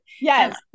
yes